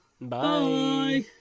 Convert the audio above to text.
Bye